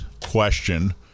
question